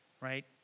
right